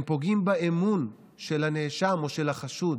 הם פוגעים באמון של הנאשם או של החשוד